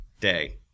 Day